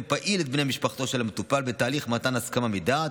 פעיל את בני משפחתו של המטופל בתהליך הסכמה מדעת